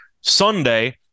Sunday